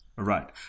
Right